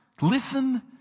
Listen